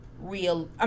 real